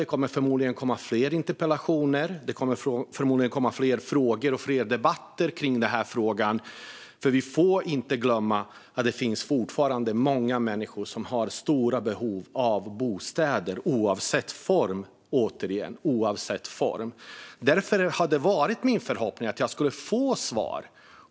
Det kommer förmodligen att komma fler interpellationer, fler frågor och fler debatter om detta. Vi får inte glömma att det fortfarande finns många människor som har stora behov av bostäder - återigen: oavsett form. Därför har det varit min förhoppning att jag ska få svar på hur man kan bygga fler små bostäder.